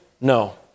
No